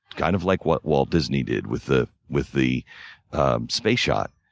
kind of like what walt disney did with the with the spaceshot.